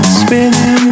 spinning